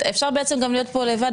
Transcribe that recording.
אפשר גם להיות כאן לבד,